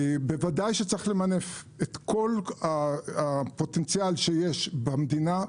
בוודאי שצריך למנף את כל הפוטנציאל שיש במדינה,